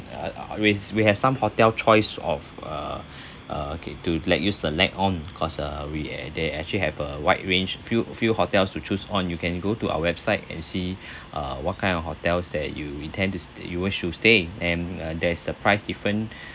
uh we s~ we have some hotel choice of uh uh okay to let you select on cause uh we uh they actually have a wide range few few hotels to choose on you can go to our website and see uh what kind of hotels that you intend to st~ you wish to stay and there is a price different